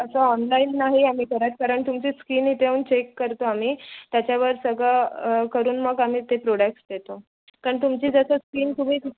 असं ऑनलाईन नाही आम्ही करत कारण तुमची स्किन इथेे येऊन चेक करतो आम्ही त्याच्यावर सगळं करून मग आम्ही ते प्रोडक्टस देतो कारण तुमची जसं स्किन तुम्ही